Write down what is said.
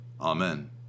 amen